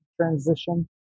transition